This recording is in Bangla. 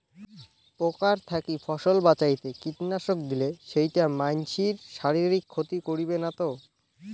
পোকার থাকি ফসল বাঁচাইতে কীটনাশক দিলে সেইটা মানসির শারীরিক ক্ষতি করিবে না তো?